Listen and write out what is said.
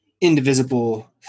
indivisible